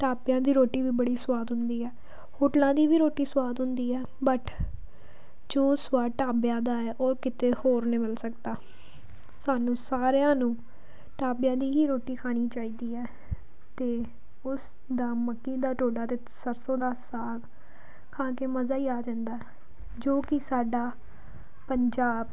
ਢਾਬਿਆਂ ਦੀ ਰੋਟੀ ਵੀ ਬੜੀ ਸਵਾਦ ਹੁੰਦੀ ਹੈ ਹੋਟਲਾਂ ਦੀ ਵੀ ਰੋਟੀ ਸਵਾਦ ਹੁੰਦੀ ਹੈ ਬਟ ਜੋ ਸਵਾਦ ਢਾਬਿਆਂ ਦਾ ਹੈ ਉਹ ਕਿਤੇ ਹੋਰ ਨਹੀਂ ਮਿਲ ਸਕਦਾ ਸਾਨੂੰ ਸਾਰਿਆਂ ਨੂੰ ਢਾਬਿਆਂ ਦੀ ਹੀ ਰੋਟੀ ਖਾਣੀ ਚਾਹੀਦੀ ਹੈ ਅਤੇ ਉਸ ਦਾ ਮੱਕੀ ਦਾ ਟੋਡਾ ਅਤੇ ਸਰਸੋਂ ਦਾ ਸਾਗ ਖਾ ਕੇ ਮਜ਼ਾ ਹੀ ਆ ਜਾਂਦਾ ਜੋ ਕਿ ਸਾਡਾ ਪੰਜਾਬ